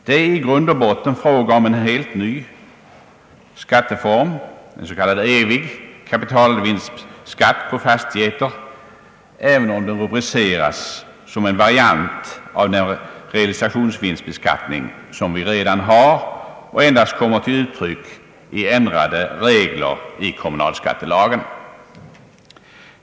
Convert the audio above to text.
Det är i grund och botten fråga om en helt ny skatteform, en s.k. evig kapitalvinstskatt på fastigheter, även om den rubriceras som en variant av den «<realisationsvinstbeskattning, som vi redan har, och endast kommer till uttryck i ändrade regler i kommunalskattelagen.